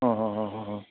ਹਾਂ ਹਾਂ ਹਾਂ ਹਾਂ ਹਾਂ